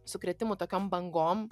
sukrėtimų tokiom bangom